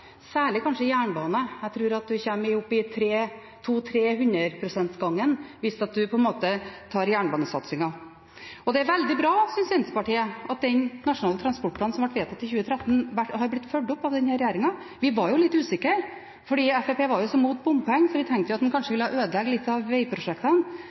særlig innen jernbanen. Jeg tror en kommer opp i 200–300 pst.-gangen hvis en tar jernbanesatsingen. Det er veldig bra, syns Senterpartiet, at Nasjonal transportplan som ble vedtatt i 2013, har blitt fulgt opp av denne regjeringa. Vi var litt usikre fordi Fremskrittspartiet var så imot bompenger. Vi tenkte at en kanskje